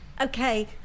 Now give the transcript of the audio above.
Okay